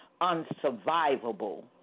unsurvivable